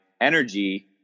energy